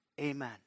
Amen